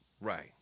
Right